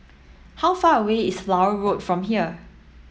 how far away is Flower Road from here